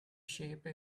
shape